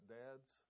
dads